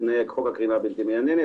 בתנאי חוק הקרינה הבלתי מייננת,